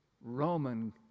Roman